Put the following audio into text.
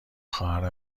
خواهر